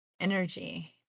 energy